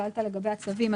שאלת לגבי הצווים.